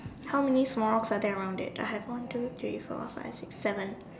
how many small rocks are there around it I have one two three four five six seven